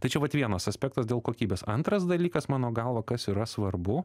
tai čia vat vienas aspektas dėl kokybės antras dalykas mano galva kas yra svarbu